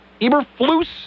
Eberflus